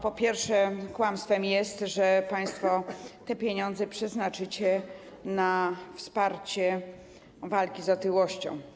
Po pierwsze, kłamstwem jest, że państwo te pieniądze przeznaczycie na wsparcie walki z otyłością.